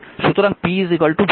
সুতরাং p vi